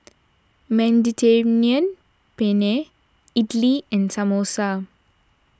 Mediterranean Penne Idili and Samosa